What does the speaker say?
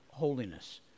holiness